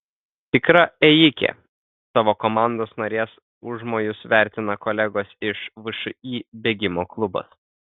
tikra ėjikė savo komandos narės užmojus vertina kolegos iš všį bėgimo klubas